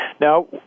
Now